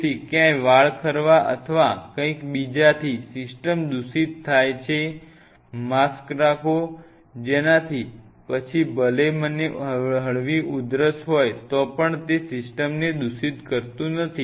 તેથી કે ત્યાં વાળ ખરવા અથવા કંઈક બીજાથી સિસ્ટમ દૂષિત થાય છે માસ્ક રાખો જેનાથી પછી ભલે મને હળવી ઉધરસ હોય તો પણ તે સિસ્ટમ દૂષિત કરતું નથી